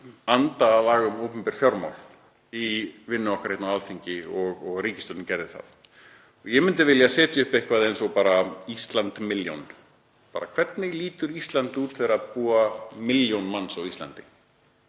anda laga um opinber fjármál í vinnu okkar hérna á Alþingi og að ríkisstjórnin gerði það. Ég myndi vilja setja upp eitthvað eins og „Ísland milljón“, hvernig lítur Ísland út þegar það búa milljón manns á Íslandi?